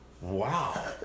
Wow